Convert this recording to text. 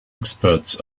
experts